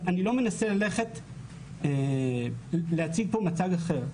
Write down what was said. מנסה להציג פה מצג אחר.